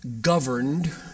governed